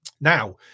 Now